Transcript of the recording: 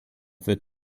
wird